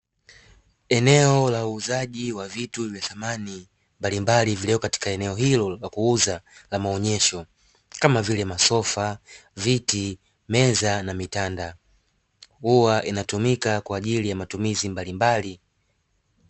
Eneo la uuzaji wa vitu vya samani mbalimbali vilivyo katika eneo hilo la kuuza la maonesho kama vile masofa, viti, meza na vitanda, huwa vinatumika kwa ajili ya matumizi mbalimbali.